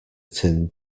tin